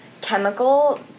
chemical